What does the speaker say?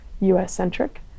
US-centric